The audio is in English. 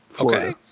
Okay